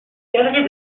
galerie